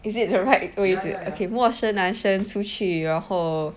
is it the right way to okay 陌生男生出去然后